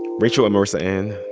rachel and marissanne,